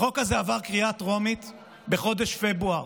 החוק הזה עבר בקריאה טרומית בחודש פברואר.